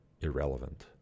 irrelevant